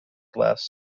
glass